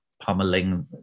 Pummeling